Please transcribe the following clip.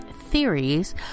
theories